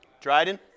Dryden